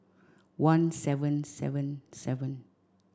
one seven seven seven